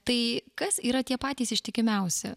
tai kas yra tie patys ištikimiausi